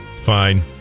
Fine